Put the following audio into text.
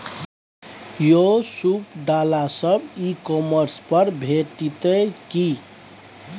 यौ सूप डाला सब ई कॉमर्स पर भेटितै की?